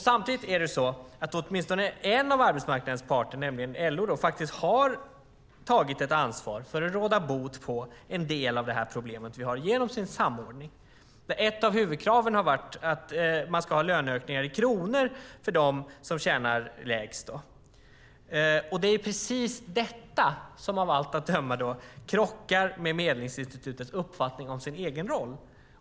Samtidigt är det så att åtminstone en av arbetsmarknadens parter, nämligen LO, faktiskt har tagit ansvar för att råda bot på en del av problemet genom sin samordning. Ett av huvudkraven har varit att man ska ha löneökningar i kronor för dem som tjänar minst. Det är precis detta som av allt att döma krockar med Medlingsinstitutets uppfattning om sin egen roll.